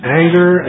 anger